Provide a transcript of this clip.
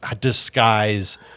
disguise